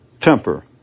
temper